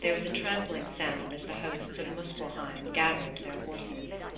there was a trampling sound as the hosts of muspelheim gathered their horses.